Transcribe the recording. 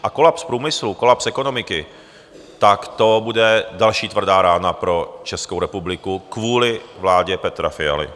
A kolaps průmyslu, kolaps ekonomiky, tak to bude další tvrdá rána pro Českou republiku kvůli vládě Petra Fialy.